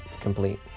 Complete